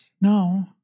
No